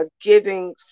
giving